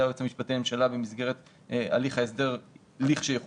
היועץ המשפטי לממשלה במסגרת הליך ההסדר לכשיחודש,